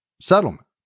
settlement